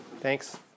Thanks